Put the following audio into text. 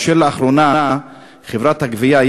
לאחרונה חברת הגבייה,